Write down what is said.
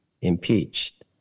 impeached